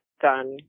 done